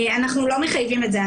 אנחנו לא מחייבים את זה,